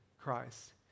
Christ